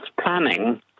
planning